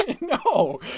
no